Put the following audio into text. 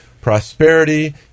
prosperity